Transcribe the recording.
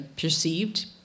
perceived